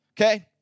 Okay